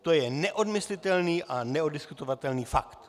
To je neodmyslitelný a neoddiskutovatelný fakt.